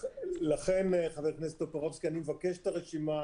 לכן אני מבקש את הרשימה.